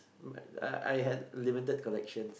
but I I had limited collections